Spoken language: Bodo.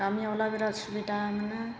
गामियावलाबा बिराद सुबिदा मोनो